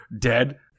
dead